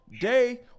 day